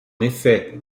effet